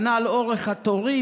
וכנ"ל אורך התורים,